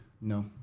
No